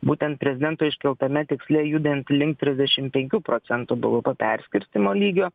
būtent prezidento iškeltame tiksle judant link trisdešim penkių procentų bvp perskirstymo lygio